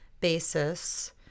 basis